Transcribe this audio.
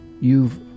You've